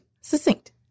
succinct